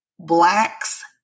blacks